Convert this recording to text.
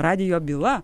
radijo byla